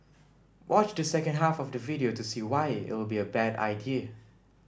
watch the second half of the video to see why it'll be a bad idea